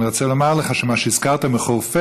אני רוצה לומר לך שמה שהזכרת בחורפיש,